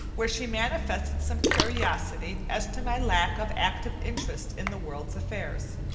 where she manifested some curiosity as to my lack of active interest in the world's affairs.